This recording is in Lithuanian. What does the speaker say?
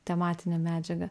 tematinė medžiaga